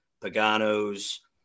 Pagano's